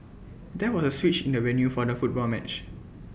there was A switch in the venue for the football match